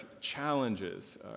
challenges